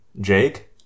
Jake